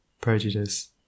prejudice